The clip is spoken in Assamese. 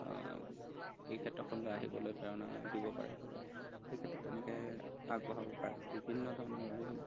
এই ক্ষেত্ৰখনলৈ আহিবলৈ প্ৰেৰণা দিব পাৰে এই ক্ষেত্ৰত তেনেকৈ আগবঢ়াব পাৰে বিভিন্ন ধৰণৰ অৰিহণা